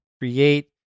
Create